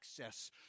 access